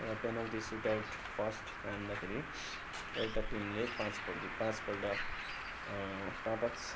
र penalty shootout first हान्दाखेरि एउटा टिमले पाँचपल्ट पाँचपल्ट पा पाँच